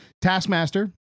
Taskmaster